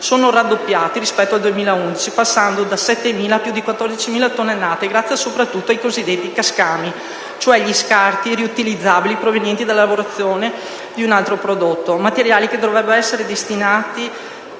sono raddoppiati rispetto al 2011, passando da 7.000 a più di 14.000 tonnellate, grazie soprattutto ai cosiddetti cascami, cioè gli scarti riutilizzabili provenienti dalla lavorazione di un altro prodotto. Si tratta di materiali che dovrebbero essere destinati